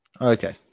Okay